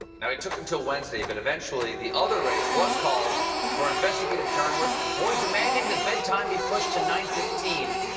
you know it took until wednesday but, eventually, the other race was called for investigative journalist and boy demanding that bedtime be pushed to nine fifteen,